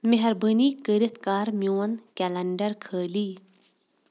میٚہربٲنی کٔرِتھ کَر میون کٮ۪لَنڈَر خٲلی